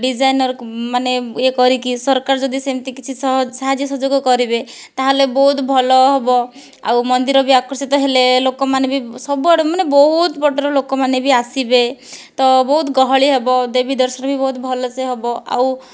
ଡିଜାଇନର ମାନେ ଇଏ କରିକି ସରକାର ଯଦି ସେମିତି କିଛି ସାହାଯ୍ୟ ସହଯୋଗ କରିବେ ତା'ହେଲେ ବହୁତ ଭଲ ହେବ ଆଉ ମନ୍ଦିର ବି ଆକର୍ଷିତ ହେଲେ ଲୋକମାନେ ବି ସବୁଆଡ଼ୁ ମାନେ ବହୁତ ବାଟରୁ ଲୋକମାନେ ବି ଆସିବେ ତ ବହୁତ ଗହଳି ହେବ ଦେବୀ ଦର୍ଶନ ବି ବହୁତ ଭଲସେ ହେବ ଆଉ